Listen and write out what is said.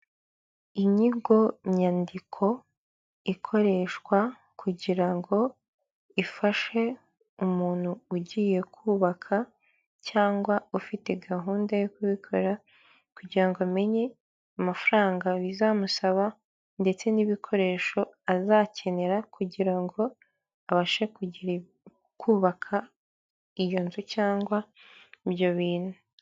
Inyigo nyandiko ikoreshwa kugira ngo ifashe umuntu ugiye kubaka cyangwa ufite gahunda yo kubikora, kugira ngo amenye amafaranga bizamusaba ndetse n'ibikoresho azakenera, kugira ngo abashe kubaka iyo nzu cyangwa ibyo bintu.